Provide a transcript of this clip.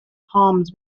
palms